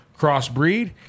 crossbreed